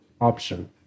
option